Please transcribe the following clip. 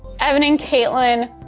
evan and katelyn,